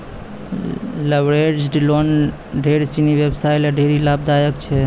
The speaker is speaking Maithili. लवरेज्ड लोन ढेर सिनी व्यवसायी ल ढेरी लाभदायक छै